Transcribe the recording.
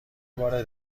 بار